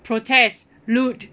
protest loot